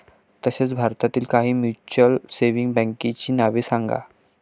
तसेच भारतातील काही म्युच्युअल सेव्हिंग बँकांची नावे सांगा